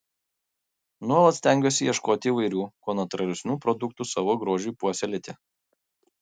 nuolat stengiuosi ieškoti įvairių kuo natūralesnių produktų savo grožiui puoselėti